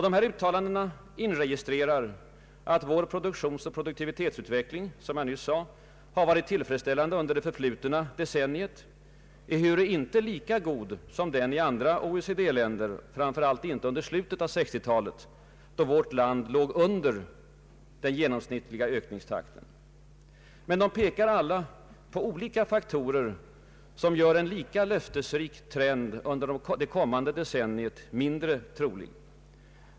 Dessa uttalanden inregistrerar att vår produktionsoch produktivitetsutveckling som jag nyss sade har varit tillfredsställande under det förflutna decenniet, ehuru inte lika god som den i andra OECD-länder, framför allt inte under slutet av 1960-talet då vårt land låg under den genomsnittliga ökningstakten. De pekar emellertid alla på olika faktorer som gör en lika löftesrik trend under det kommande decenniet mindre trolig.